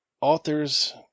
authors